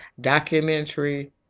documentary